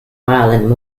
violent